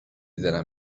دلم